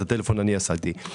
את הטלפון אני יזמתי.